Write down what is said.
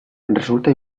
resulta